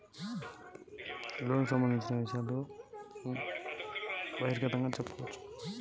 నాకు నేను అడిగినట్టుగా లోనుకు సంబందించిన సమాచారం ఇయ్యండి?